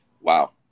wow